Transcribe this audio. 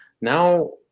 now